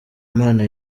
imana